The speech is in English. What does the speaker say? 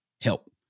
help